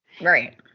Right